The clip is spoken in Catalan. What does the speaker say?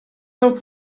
del